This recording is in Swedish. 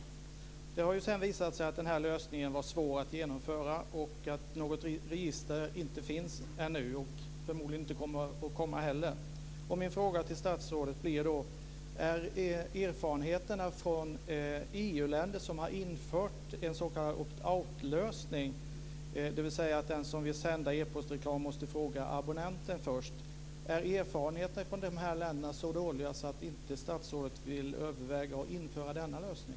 Sedan har det visat sig att denna lösning var svår att genomföra. Något register finns inte ännu och kommer förmodligen inte att komma heller. Min fråga till statsrådet blir då: Är erfarenheterna från EU-länder som har infört en s.k. opt in-lösning, dvs. att den som vill sända e-postreklam måste fråga abonnenten först, så dåliga att inte statsrådet vill överväga att införa denna lösning?